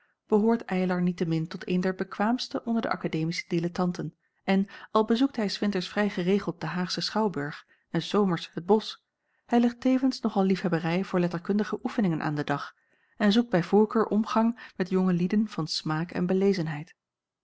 behoort eylar niettemin tot een der bekwaamsten onder de akademische dilettanten en al bezoekt hij s winters vrij geregeld den haagschen schouwburg en s zomers het bosch hij legt tevens nog al liefhebberij voor letterkundige oefeningen aan den dag en zoekt bij voorkeur omgang met jonge lieden van smaak en